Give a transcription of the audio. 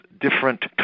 different